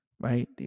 right